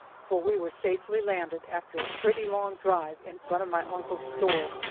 for we were safely landed after a pretty long drive in front of my uncle's store,